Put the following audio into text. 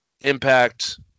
Impact